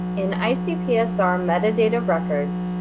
in icpsr metadata records,